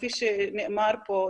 כפי שנאמר פה,